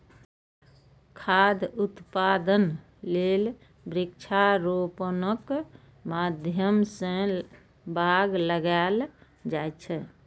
खाद्य उत्पादन लेल वृक्षारोपणक माध्यम सं बाग लगाएल जाए छै